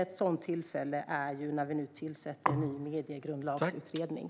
Ett sådant tillfälle är när vi nu tillsätter en ny mediegrundlagsutredning.